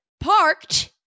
parked